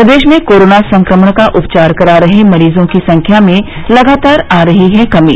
प्रदेश में कोरोना संक्रमण का उपचार करा रहे मरीजों की संख्या में लगातार आ रही है कमी